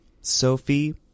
Sophie